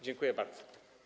Dziękuję bardzo.